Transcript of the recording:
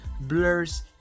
blurs